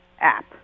app